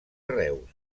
reus